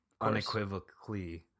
unequivocally